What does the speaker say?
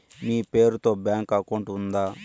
మీ పేరు తో bank account ఉందా?